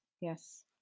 Yes